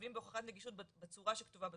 חייבים בהוכחת נגישות בצורה שכתובה בתוספת,